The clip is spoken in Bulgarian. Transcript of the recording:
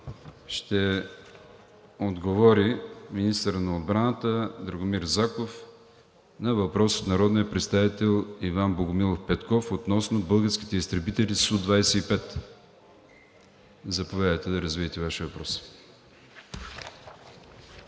ще отговори министърът на отбраната Драгомир Заков на въпрос от народния представител Иван Богомилов Петков относно българските изтребители Су-25. Заповядайте да развиете Вашия въпрос.